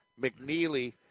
McNeely